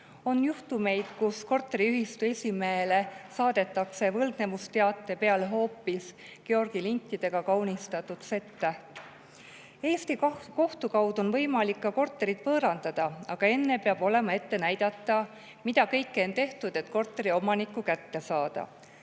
On juhtumeid, kus korteriühistu esimehele saadetakse võlgnevusteate peale hoopis Georgi lintidega kaunistatud Z-täht. Eesti kohtu kaudu on võimalik ka korterit võõrandada, aga enne peab olema ette näidata, mida kõike on tehtud, et korteriomanikku kätte saada.